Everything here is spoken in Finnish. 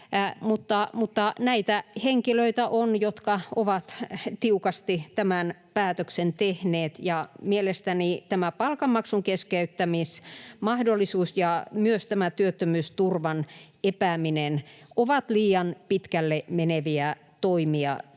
näitä henkilöitä, jotka ovat tiukasti tämän päätöksen tehneet, ja mielestäni palkanmaksun keskeyttämismahdollisuus ja myös työttömyysturvan epääminen ovat liian pitkälle meneviä toimia